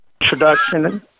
Introduction